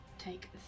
take